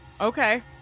okay